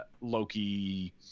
Loki